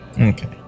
Okay